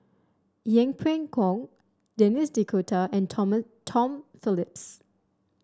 Yeng Pway Ngon Denis D'Cotta and Tom Phillips